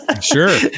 Sure